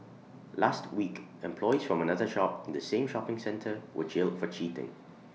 last week employees from another shop in the same shopping centre were jailed for cheating